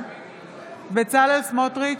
בצלאל סמוטריץ'